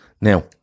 Now